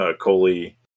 Coley